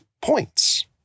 points